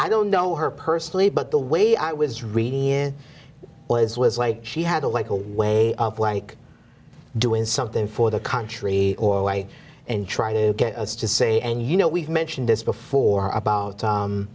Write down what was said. i don't know her personally but the way i was reading it was was like she had a like a way of like doing something for the country or a way and trying to say and you know we've mentioned this before about